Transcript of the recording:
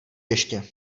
ještě